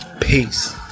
peace